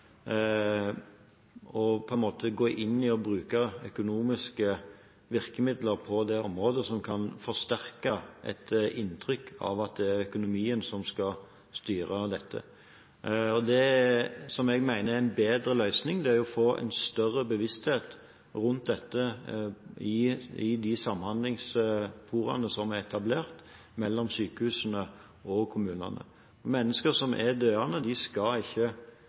det er økonomien som skal styre dette. Det jeg mener er en bedre løsning, er å få større bevissthet rundt dette i de samhandlingsforaene som er etablert mellom sykehusene og kommunene. Mennesker som er døende, skal ikke